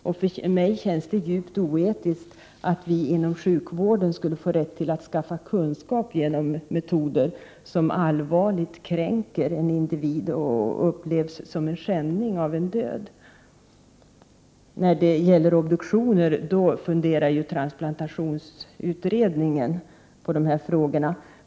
Jag upplever det som djupt oetiskt att vi inom sjukvården skulle få rätt att skaffa kunskap med hjälp av sådana metoder som upplevs som allvarlig kränkning av individen och som en skändning av den döde. När det gäller obduktioner funderar transplantationsutredningen över dessa frågor.